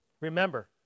Remember